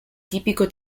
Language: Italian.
tipico